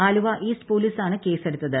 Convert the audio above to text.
Aluva east പൊലീസാണ് കേസെടുത്തത്